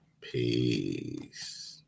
peace